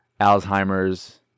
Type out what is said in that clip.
Alzheimer's